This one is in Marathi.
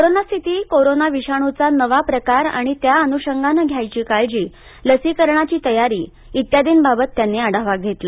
कोरोना स्थिती कोरोना विषाणूचा नवा प्रकार आणि त्याअनुषंगानं घ्यायची काळजी लसीकरणाची तयारी आदीबाबत त्यांनी आढावा घेतला